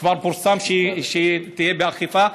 כבר פורסם שהיא תהיה באכיפה,